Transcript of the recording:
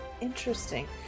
interesting